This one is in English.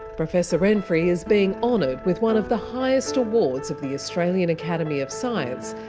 professor renfree is being honoured with one of the highest awards of the australian academy of science,